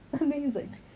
Amazing